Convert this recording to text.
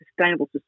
sustainable